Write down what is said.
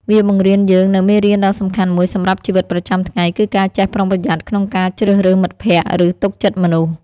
វាបង្រៀនយើងនូវមេរៀនដ៏សំខាន់មួយសម្រាប់ជីវិតប្រចាំថ្ងៃ គឺការចេះប្រុងប្រយ័ត្នក្នុងការជ្រើសរើសមិត្តភ័ក្តិ ឬទុកចិត្តមនុស្ស។